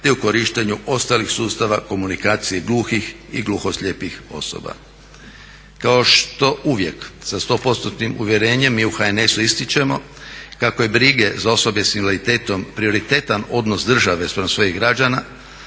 te u korištenju ostalih sustava komunikacije gluhih i gluhoslijepih osoba. Kao što uvijek sa 100%-tnim uvjerenjem mi u HNS-u ističemo kako je brige za osobe s invaliditetom prioritetan odnos države spram svojih građana